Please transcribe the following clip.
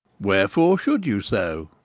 wherefore should you so?